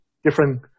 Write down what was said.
Different